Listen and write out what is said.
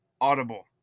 audible